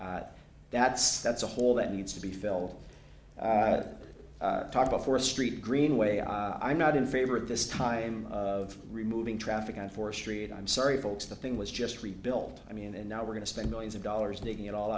that's that's a hole that needs to be filled at talk before st greenway i i'm not in favor of this time of removing traffic on fourth street i'm sorry folks the thing was just rebuilt i mean and now we're going to spend millions of dollars making it all